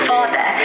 Father